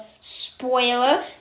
spoiler